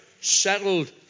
settled